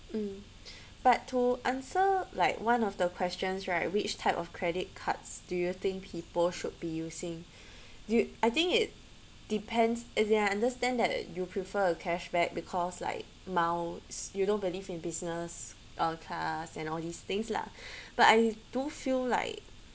mm but to answer like one of the questions right which type of credit cards do you think people should be using you I think it depends as in I understand that you prefer a cashback because like miles you don't believe in business uh class and all these things lah but I do feel like